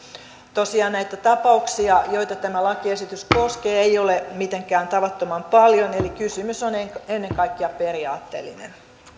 tosiaan näitä tapauksia joita tämä lakiesitys koskee ei ole mitenkään tavattoman paljon eli kysymys on ennen kaikkea periaatteellinen